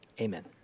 amen